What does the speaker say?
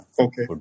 Okay